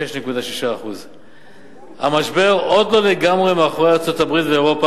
6.6%. המשבר עוד לא לגמרי מאחורי ארצות-הברית ואירופה,